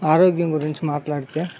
ఆరోగ్యం గురించి మాట్లాడితే